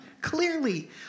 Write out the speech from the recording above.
clearly